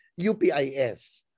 UPIS